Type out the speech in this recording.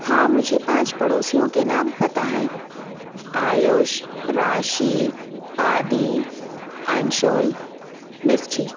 हाँ मुझे पाँच पड़ोसियों के नाम पता है आयुष राशि आदी अंशुल मिष्ठी